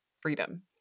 freedom